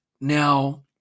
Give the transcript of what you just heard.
now